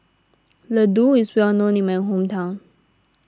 Ladoo is well known in my hometown